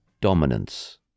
Dominance